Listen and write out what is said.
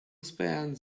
spend